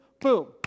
boom